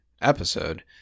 episode